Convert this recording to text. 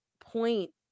point